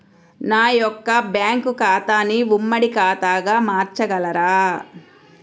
నా యొక్క బ్యాంకు ఖాతాని ఉమ్మడి ఖాతాగా మార్చగలరా?